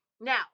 Now